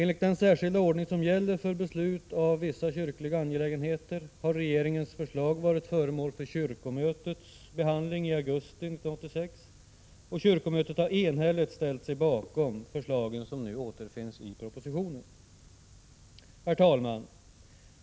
Enligt den särskilda ordning som gäller för beslut om vissa kyrkliga angelägenheter har regeringens förslag varit föremål för kyrkomötets behandling i augusti 1986. Kyrkomötet har enhälligt ställt sig bakom de förslag som nu återfinns i propositionen. Herr talman!